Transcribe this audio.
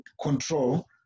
control